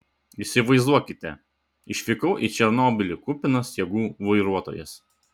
įsivaizduokite išvykau į černobylį kupinas jėgų vairuotojas